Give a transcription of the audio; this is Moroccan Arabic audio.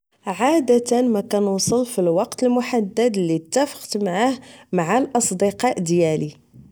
عاداتا مكنوصل فالوقت المحدد لي تافقت معاه مع الأصدقاء ديالي